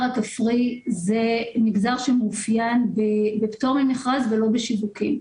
הכפרי הוא מגזר שמאופיין בפטור ממכרז ולא בשיווקים.